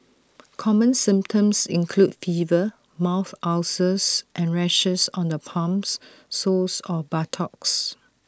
common symptoms include fever mouth ulcers and rashes on the palms soles or buttocks